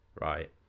right